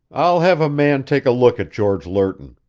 i'll have a man take a look at george lerton.